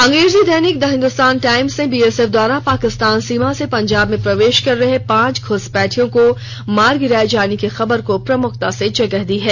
अंग्रेजी दैनिक the Hindustan Times ने बीएसएफ द्वारा पाकिस्तान सीमा से पंजाब में प्रवेश कर रहे पांच घुसपैठियों को मार गिराये जाने की खबर को प्रमुखता से जगह दी है